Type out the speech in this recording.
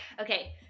Okay